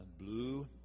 Blue